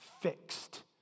fixed